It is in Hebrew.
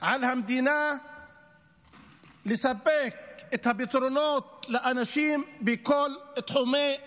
מוטלת על המדינה לספק את הפתרונות לאנשים בכל תחומי החיים,